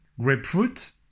Grapefruit